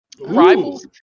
Rivals